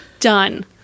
Done